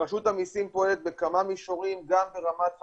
רשות המסים פועלת בכמה מישורים, גם ברמת חקיקה,